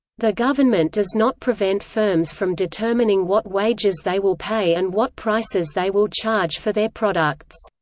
the government does not prevent firms from determining what wages they will pay and what prices they will charge for their products.